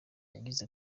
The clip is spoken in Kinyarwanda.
yagize